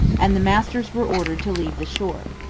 and the masters were ordered to leave the shore.